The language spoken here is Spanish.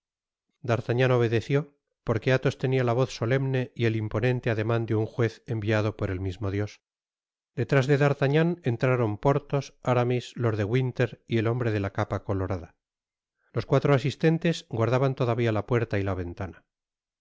d'artagnan obedeció porque athos tenia la voz solemne y el imponente ademan de un juez enviado por el mismo dios detrás de d'artagnan entraron porthos aramis lord de winter y el hombre de la capa colorada los cuatro asistentes guardaban todavia la puerta y la ventana